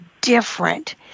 different